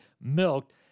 milked